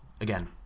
Again